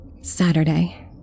saturday